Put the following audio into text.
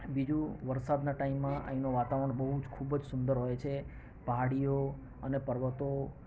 બીજું વરસાદના ટાઈમમાં અહીંનું વાતાવરણ બહુ જ ખૂબ જ સુંદર હોય છે પહાડીઓ અને પર્વતો